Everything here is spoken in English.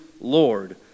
Lord